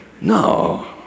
No